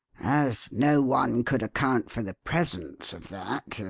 as no one could account for the presence of that,